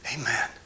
Amen